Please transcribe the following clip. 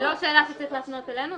זו לא שאלה שצריך להפנות אלינו,